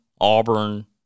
Auburn